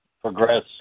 progress